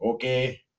Okay